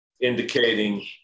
indicating